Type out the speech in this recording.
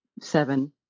seven